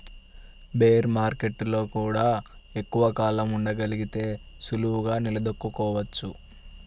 bear మార్కెట్టులో గూడా ఎక్కువ కాలం ఉండగలిగితే సులువుగా నిలదొక్కుకోవచ్చు